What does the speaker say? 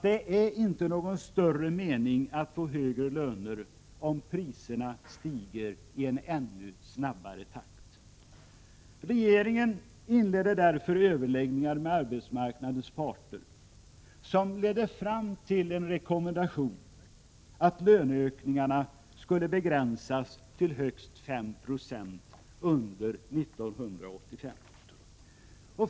Det är inte någon större mening med att få högre löner om priserna stiger i ännu snabbare takt. Regeringen inledde därför överläggningar med arbetsmarknadens parter som ledde fram till en rekommendation att löneökningarna skulle begränsas till högst 5 26 under 1985.